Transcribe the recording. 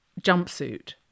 jumpsuit